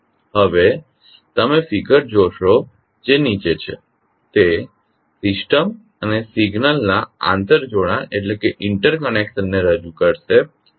હવે તમે ફિગર જોશો જે નીચે છે તે સિસ્ટમ અને સિગ્નલના આંતર જોડાણ ને રજૂ કરશે